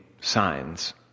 signs